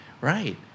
Right